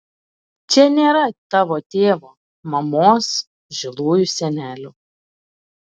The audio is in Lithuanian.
čia nėra tavo tėvo mamos žilųjų senelių